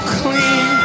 clean